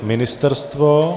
Ministerstvo?